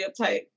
uptight